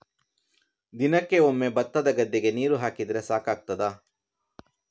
ದಿನಕ್ಕೆ ಒಮ್ಮೆ ಭತ್ತದ ಗದ್ದೆಗೆ ನೀರು ಹಾಕಿದ್ರೆ ಸಾಕಾಗ್ತದ?